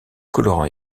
colorants